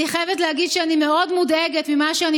אני חייבת להגיד שאני מאוד מודאגת ממה שאני